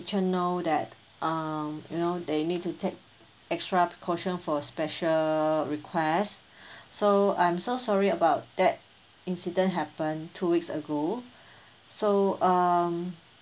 kitchen know that um you know they need to take extra precaution for special requests so I'm so sorry about that incident happened two weeks ago so um